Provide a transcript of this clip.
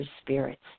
spirits